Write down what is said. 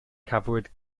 cafwyd